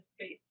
space